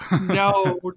no